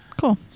Cool